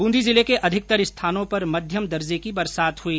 बूंदी जिले के अधिकतर स्थानों पर मध्यम दर्जे की बरसात हुई